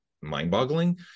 mind-boggling